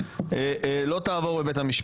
לא תעבור בבית המשפט.